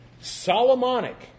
Solomonic